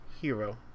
Hero